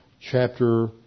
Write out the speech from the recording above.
chapter